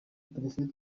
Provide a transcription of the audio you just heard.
perefe